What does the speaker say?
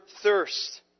thirst